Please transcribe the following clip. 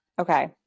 Okay